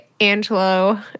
Angelo